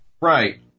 right